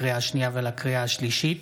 לקריאה שנייה ולקריאה שלישית: